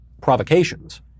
provocations